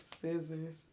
scissors